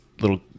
little